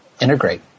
integrate